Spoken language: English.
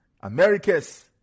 Americas